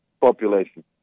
population